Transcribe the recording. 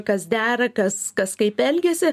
kas dera kas kas kaip elgiasi